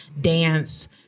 dance